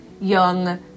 young